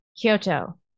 Kyoto